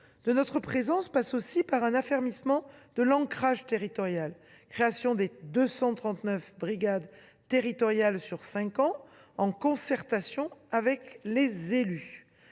de notre présence passe aussi par un affermissement de l’ancrage territorial, par la création des 239 brigades territoriales sur cinq ans, en concertation avec les élus.